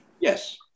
Yes